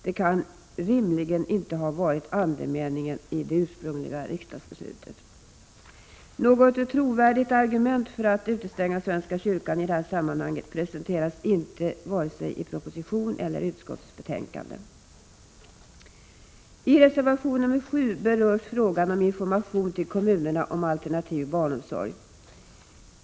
Det kan rimligen inte ha varit andemeningen i det ursprungliga riksdagsbeslutet. Något trovärdigt argument för att utestänga svenska kyrkan i detta sammanhang presenteras inte i vare sig proposition eller utskottsbetänkande. I reservation 7 berörs frågan om information till kommunerna om alternativ barnomsorg.